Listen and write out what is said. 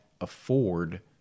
afford